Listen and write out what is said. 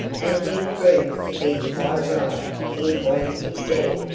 and he proved to be quite right in all he said.